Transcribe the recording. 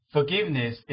Forgiveness